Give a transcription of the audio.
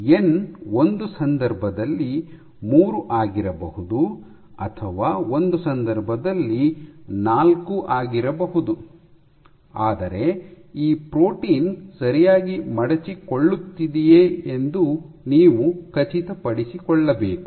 N ಒಂದು ಸಂದರ್ಭದಲ್ಲಿ ಮೂರು ಆಗಿರಬಹುದು ಅಥವಾ ಒಂದು ಸಂದರ್ಭದಲ್ಲಿ ಎನ್ ನಾಲ್ಕು ಆಗಿರಬಹುದು ಆದರೆ ಈ ಪ್ರೋಟೀನ್ ಸರಿಯಾಗಿ ಮಡಚಿಕೊಳ್ಳುತ್ತಿದಿಯೇ ಎಂದು ನೀವು ಖಚಿತಪಡಿಸಿಕೊಳ್ಳಬೇಕು